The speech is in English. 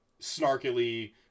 snarkily